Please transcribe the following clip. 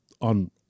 on